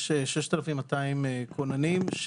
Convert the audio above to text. יש 6,200 כוננים.